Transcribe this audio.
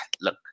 Look